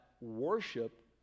worship